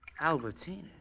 Albertina